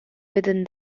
within